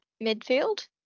midfield